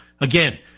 again